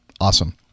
awesome